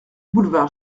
boulevard